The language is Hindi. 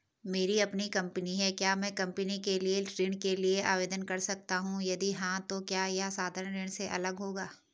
मेरी अपनी कंपनी है क्या मैं कंपनी के लिए ऋण के लिए आवेदन कर सकता हूँ यदि हाँ तो क्या यह साधारण ऋण से अलग होगा?